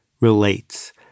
relates